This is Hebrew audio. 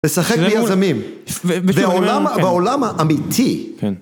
לשחק ביזמים, בעולם האמיתי.